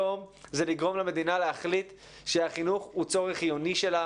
לגרום למדינה להחליט שהחינוך הוא צורך חיוני שלה